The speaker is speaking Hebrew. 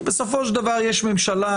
בסופו של דבר יש ממשלה,